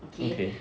okay